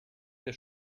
wir